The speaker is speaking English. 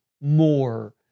more